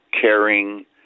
caring